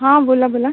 हां बोला बोला